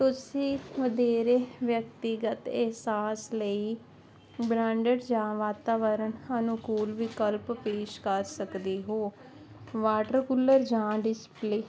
ਤੁਸੀਂ ਵਧੇਰੇ ਵਿਅਕਤੀਗਤ ਅਹਿਸਾਸ ਲਈ ਬਰਾਂਡਡ ਜਾਂ ਵਾਤਾਵਰਣ ਸਾਨੂੰ ਹੋਰ ਵਿਕਲਪ ਪੇਸ਼ ਕਰ ਸਕਦੇ ਹੋ ਵਾਟਰ ਕੂਲਰ ਜਾਂ ਡਿਸਪਲੇ